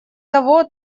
того